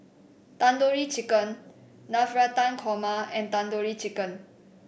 Tandoori Chicken Navratan Korma and Tandoori Chicken